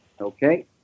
Okay